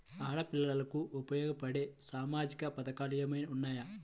ఆడపిల్లలకు ఉపయోగపడే సామాజిక పథకాలు ఏమైనా ఉన్నాయా?